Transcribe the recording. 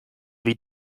wie